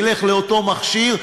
ילך לאותו מכשיר,